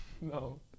No